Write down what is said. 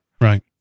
Right